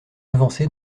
avancée